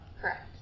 Correct